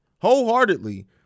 wholeheartedly